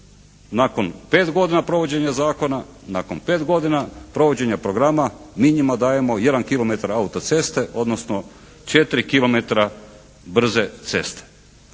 Nakon 5 godina provođenja zakona, nakon 5 godina provođenja programa mi njima dajemo 1 km auto ceste, odnosno 4 kilometara brze ceste.